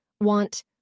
Want